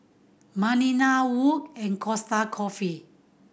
Balina Wood and Costa Coffee